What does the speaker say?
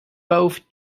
both